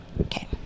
Okay